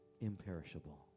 imperishable